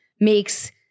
makes